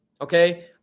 okay